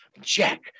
jack